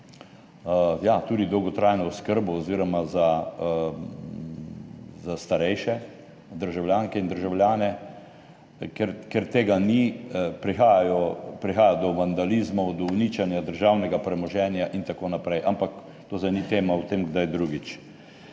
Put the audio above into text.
tudi dolgotrajno oskrbo oziroma za starejše državljanke in državljane. Ker tega ni, prihaja do vandalizma, do uničenja državnega premoženja in tako naprej, ampak to zdaj ni tema, o tem kdaj drugič.